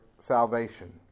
salvation